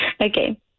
Okay